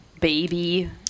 baby